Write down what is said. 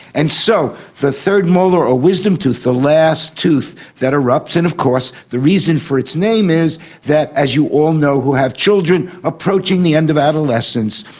and so the third molar or wisdom tooth, the last tooth that erupts, and of course the reason for its name is that, as you all know who have children approaching the end of adolescents,